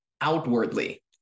outwardly